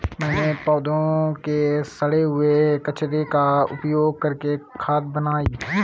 मैंने पौधों के सड़े हुए कचरे का उपयोग करके खाद बनाई